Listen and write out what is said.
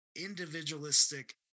individualistic